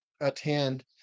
attend